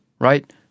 Right